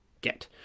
get